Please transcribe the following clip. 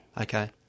Okay